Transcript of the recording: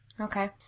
okay